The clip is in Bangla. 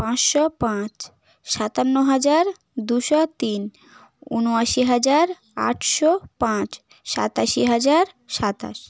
পাঁচশো পাঁচ সাতান্ন হাজার দুশো তিন উনআশি হাজার আটশো পাঁচ সাতাশি হাজার সাতাশ